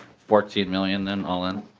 fourteen million and all in?